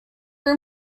room